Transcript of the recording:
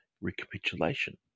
recapitulation